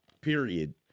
period